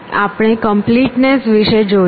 આપણે કમ્પલિટનેસ વિશે જોયું